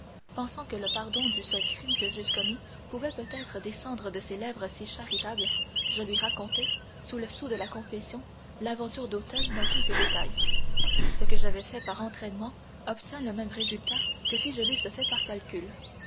pensant que le pardon du seul crime que j'eusse commis pouvait peut-être descendre de ses lèvres si charitables je lui racontai sous le sceau de la confession l'aventure d'auteuil dans tous ses détails ce que j'avais fait par entraînement obtint le même résultat que si je l'eusse fait par calcul